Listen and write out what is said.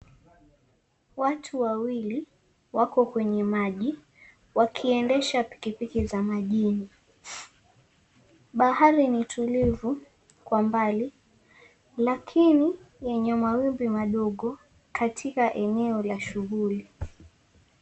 Watu wawili, wako kwa maji, wakiendesha pikipiki za majini. Bahari ni tulivu, kwa mbali, lakini yenye mawimbi madogo, katika eneo la shughuli.